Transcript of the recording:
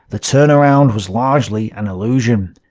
the turnaround was largely an illusion.